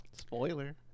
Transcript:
Spoiler